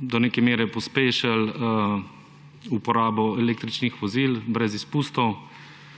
do neke mere pospešilo uporabo električnih vozil brez izpustov,